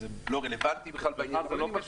אז זה לא רלוונטי בעניין הזה -- זה לא כשר.